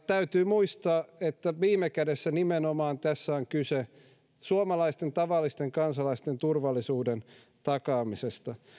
täytyy muistaa että viime kädessä tässä on kyse nimenomaan suomalaisten tavallisten kansalaisten turvallisuuden takaamisesta